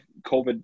COVID